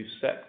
set